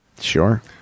Sure